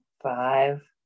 Five